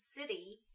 city